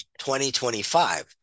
2025